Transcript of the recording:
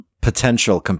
Potential